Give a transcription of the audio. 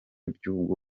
iby’ubwo